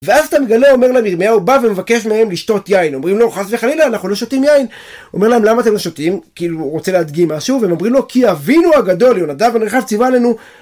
ואז אתה מגלה אומר לה ירמיהו הוא בא ומבקש מהם לשתות יין אומרים לו חס וחלילה אנחנו לא שותים יין, אומר להם למה אתם לא שותים כאילו הוא רוצה להדגים משהו והם אומרים לו כי אבינו הגדול יונדב רחב ציווה עלינו